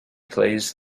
plays